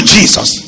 Jesus